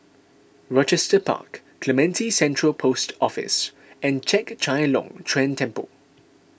Rochester Park Clementi Central Post Office and Chek Chai Long Chuen Temple